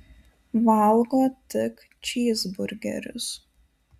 valgo tik čyzburgerius